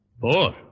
Four